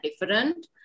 different